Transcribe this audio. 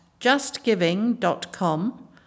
justgiving.com